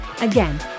Again